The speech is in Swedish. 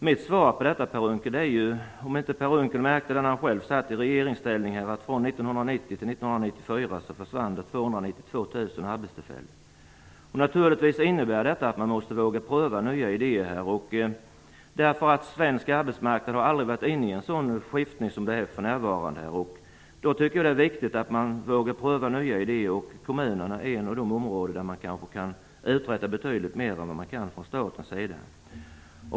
Mitt svar är, om inte Per Unckel märkte det när han själv satt i regeringsställning, att det från 1990 till 1994 försvann 292 000 arbetstillfällen. Det innebär naturligtvis att man måste våga pröva nya idéer. Svensk arbetsmarknad har aldrig tidigare befunnit sig i ett sådant sysselsättningsskifte. Jag tycker att det är viktigt att man vågar pröva nya idéer. Kommunerna är ett av de områden där man kanske kan uträtta betydligt mer än man kan från statens sida.